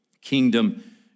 kingdom